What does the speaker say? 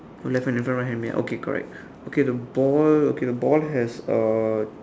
so left hand in front right hand behind okay correct okay the ball okay the ball has a